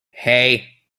hey